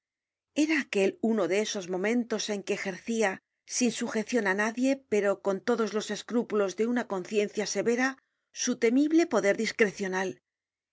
era aquel uno de esos momentos en que ejercia sin sujecion á nadie pero con todos los escrúpulos de una conciencia severa su temible poder discrecional